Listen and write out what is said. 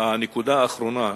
והנקודה האחרונה: